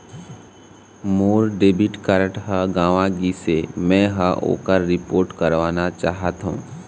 मोर debit card ह गंवा गिसे, मै ह ओकर रिपोर्ट करवाना चाहथों